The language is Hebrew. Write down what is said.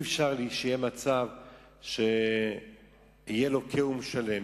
אי-אפשר שיהיה מצב שיהיה לוקה ומשלם,